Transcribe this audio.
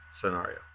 scenario